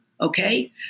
Okay